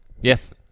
yes